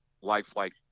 lifelike